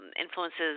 influences